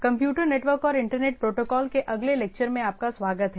computer network और internet protocol के अगले लेक्चर में आपका स्वागत है